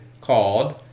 called